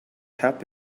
help